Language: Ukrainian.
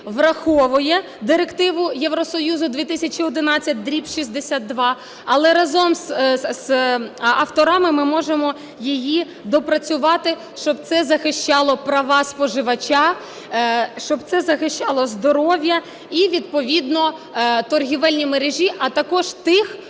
враховує Директиву Євросоюзу 2011/62, але разом з авторами ми можемо її доопрацювати, щоб це захищало права споживача, щоб це захищало здоров'я і відповідно торгівельні мережі, а також тих,